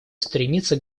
стремиться